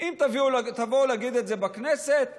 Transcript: אם תבואו להגיד את זה בכנסת,